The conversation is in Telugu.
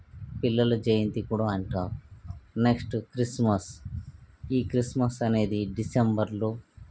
పిల్లల జయంతి కూడా అంటారు నెక్స్ట్ క్రిస్మస్ ఈ క్రిస్మస్ అనేది డిసెంబర్లో